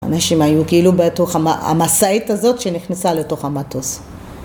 האנשים היו כאילו בתוך המשאית הזאת שנכנסה לתוך המטוס